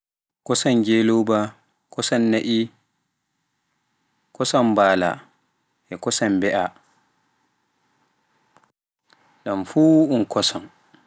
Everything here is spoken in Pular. Kosan njelooba, kosan na'I, kosan mbaala, e kosan mbe'a ɗan fuu un kosan.